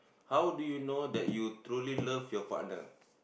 how do you know that you truly love your partner